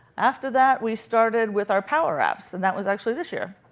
after that, we started with our powerapps. and that was actually this year.